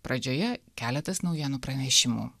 pradžioje keletas naujienų pranešimų